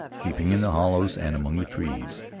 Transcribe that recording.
keeping in the hollows and among the trees.